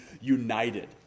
united